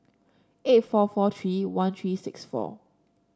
eight four four three one three six four